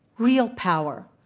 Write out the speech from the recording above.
real power.